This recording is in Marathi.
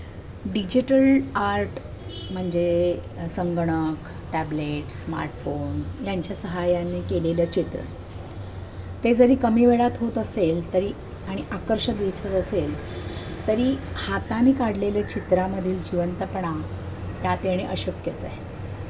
डिजिटल आर्ट म्हणजे संगणक टॅबलेट स्मार्टफोन यांच्या सहाय्याने केलेलं चित्र ते जरी कमी वेळात होत असेल तरी आणि आकर्षक दिसत असेल तरी हाताने काढलेल्या चित्रामधील जिवंतपणा त्यात येणे अशक्यच आहे